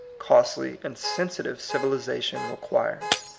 costly, and sensitive civili zation requires.